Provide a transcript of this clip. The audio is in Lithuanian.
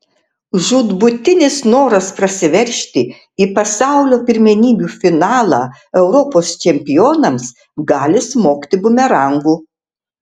žūtbūtinis noras prasiveržti į pasaulio pirmenybių finalą europos čempionams gali smogti bumerangu